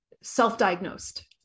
self-diagnosed